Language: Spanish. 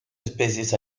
especies